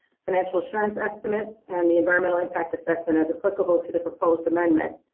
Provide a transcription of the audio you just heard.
financial assurance estimates, and the environmental impact assessment, as applicable to the proposed amendment.